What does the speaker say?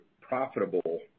profitable